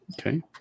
Okay